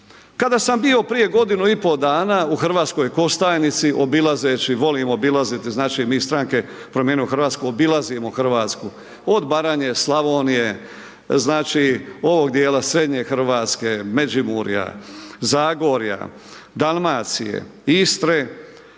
Kada sam bio prije godinu i pol dana, u Hrvatskoj Kostajnici, obilazeći, volim obilaziti, znači mi iz stranke Promijenimo Hrvatsku, obilazimo Hrvatsku, od Baranje, Slavonije, znači, ovog dijela srednje Hrvatske, Međimurja, Zagorja, Dalmacije i Istre,